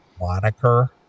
moniker